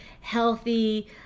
healthy